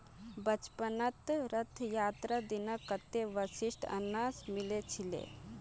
बचपनत रथ यात्रार दिन कत्ते स्वदिष्ट अनन्नास मिल छिले